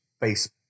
base